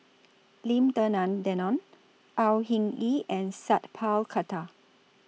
Lim Denan Denon Au Hing Yee and Sat Pal Khattar